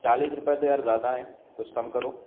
چالیس روپے تو یار زیادہ ہیں کچھ کم کرو